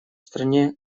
стране